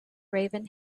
raven